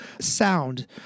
sound